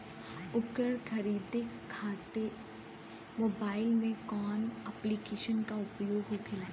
उपकरण खरीदे खाते मोबाइल में कौन ऐप्लिकेशन का उपयोग होखेला?